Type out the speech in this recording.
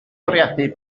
bwriadu